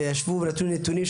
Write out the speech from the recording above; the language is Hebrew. הם ישבו ונתנו נתונים,